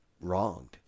wronged